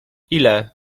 ile